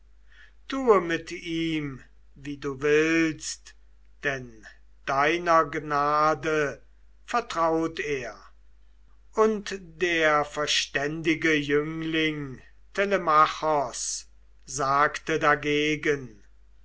tue mit ihm wie du willst denn deiner gnade vertraut er und der verständige jüngling telemachos sagte dagegen